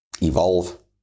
evolve